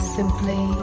simply